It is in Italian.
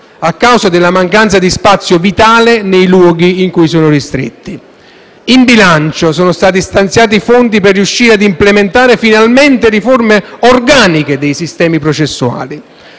a causa della mancanza di spazio vitale nei luoghi in cui sono ristretti. In bilancio sono stati stanziati fondi per riuscire a implementare finalmente riforme organiche dei sistemi processuali,